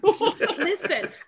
Listen